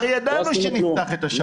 הרי ידענו שנפתח את השמים.